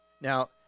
Now